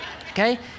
Okay